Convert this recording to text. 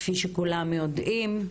כפי שכולם יודעים,